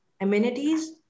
amenities